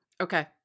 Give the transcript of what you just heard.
Okay